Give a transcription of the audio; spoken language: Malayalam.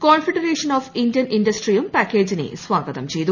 കോൺഫഡറേഷൻ ഓഫ് ഇന്ത്യൻ ഇൻഡസ്ട്രിയും പാക്കേജിനെ സ്വാഗതം ചെയ്തു